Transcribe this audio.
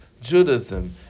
Judaism